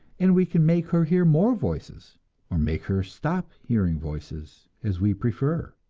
and we can make her hear more voices or make her stop hearing voices, as we prefer.